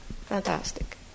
Fantastic